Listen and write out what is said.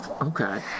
Okay